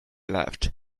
laughed